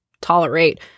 tolerate